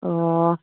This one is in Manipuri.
ꯑꯣ